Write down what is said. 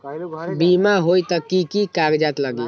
बिमा होई त कि की कागज़ात लगी?